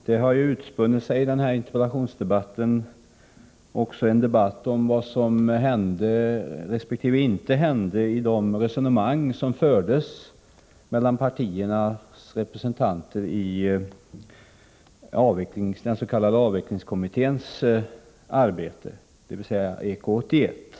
Herr talman! Under denna interpellationsdebatt har en debatt utspunnit sig om vad som hände resp. inte hände i de resonemang som fördes mellan partiernas representanter i den s.k. avvecklingskommittén, dvs. EK 81.